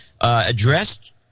addressed